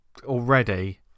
already